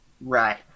Right